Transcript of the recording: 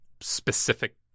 specific